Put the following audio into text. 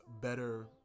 better